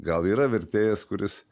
gal yra vertėjas kuris